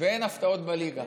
ואין הפתעות בליגה,